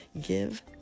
Give